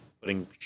putting